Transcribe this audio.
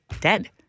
dead